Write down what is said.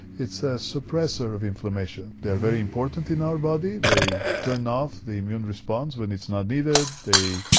it's a suppressor of inflammation. they are very important in our body, they turn off the immune response when it's not needed, they,